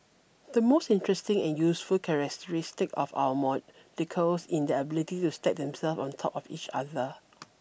the most interesting and useful characteristic of our molecules in their ability to stack themselves on the top of each other